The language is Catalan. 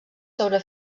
sobre